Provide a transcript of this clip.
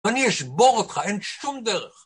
אני אשבור אותך, אין שום דרך!